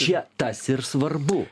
čia tas ir svarbu